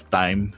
time